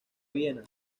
viena